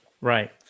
right